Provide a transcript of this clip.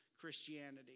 Christianity